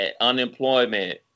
Unemployment